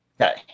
Okay